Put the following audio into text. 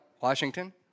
Washington